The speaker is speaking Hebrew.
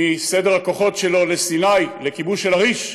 מסדר הכוחות שלו לסיני לכיבוש אל-עריש,